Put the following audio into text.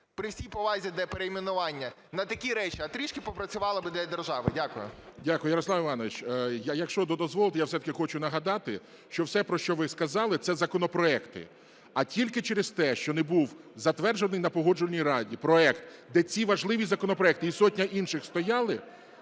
при всій повазі, де перейменування, на такі речі, а трішки попрацювали би для держави. Дякую. ГОЛОВУЮЧИЙ. Дякую. Ярослав Іванович, якщо дозволите, я все-таки хочу нагадати, що все, про що ви сказали, це законопроекти. А тільки через те, що не був затверджений на Погоджувальній раді проект, де ці важливі законопроекти і сотня інших стояли…